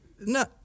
No